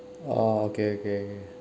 orh okay okay